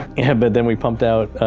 but then we pumped out,